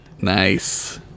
Nice